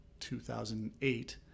2008